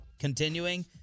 continuing